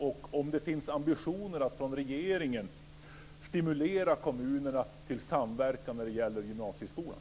Finns det ambitioner att från regeringen stimulera kommunerna till samverkan när det gäller gymnasieskolan?